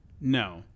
No